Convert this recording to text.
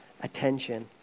attention